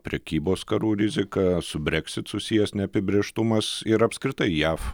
prekybos karų rizika su breksit susijęs neapibrėžtumas ir apskritai jav